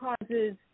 causes